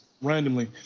randomly